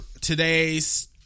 today's